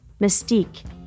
mystique